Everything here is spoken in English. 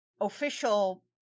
official